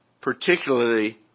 particularly